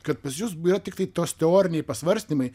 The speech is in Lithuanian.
kad pas jus beje tiktai tos teoriniai pasvarstymai